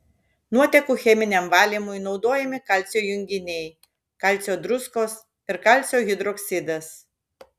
nuotekų cheminiam valymui naudojami kalcio junginiai kalcio druskos ir kalcio hidroksidas